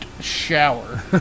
shower